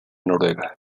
noruega